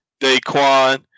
Daquan